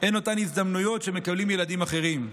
אין את אותן הזדמנויות שמקבלים ילדים אחרים.